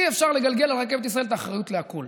אי-אפשר לגלגל על רכבת ישראל את האחריות לכול.